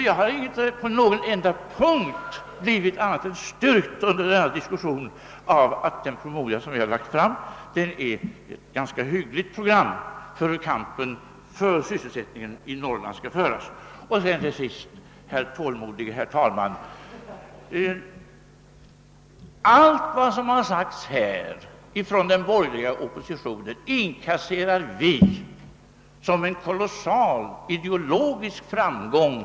Jag har inte på någon enda punkt under denna diskussion blivit annat än styrkt i uppfattningen att den promemoria, som vi har lagt fram, är ett ganska hyggligt program för hur kampen för sysselsättningen i Norrland skall föras. Till sist, tålmodige herr talman: Allt vad som har sagts här av den borgerliga oppositionen inkasserar vi som en stor ideologisk framgång.